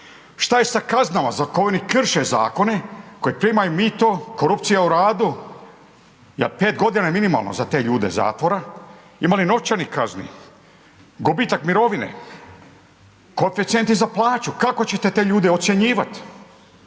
Šta je sa kaznama za one koji krše zakone, koji primaju mito, korupcija u radu, 5 godina je minimalno za te ljude zatvora, ima li novčanih kazni. Gubitak mirovine, koeficijenti za plaću, kako ćete te ljude ocjenjivat,